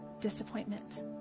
disappointment